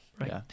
Right